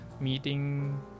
meeting